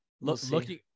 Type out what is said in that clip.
looking